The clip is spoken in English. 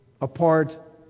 apart